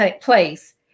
place